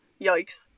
yikes